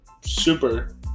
super